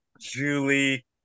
Julie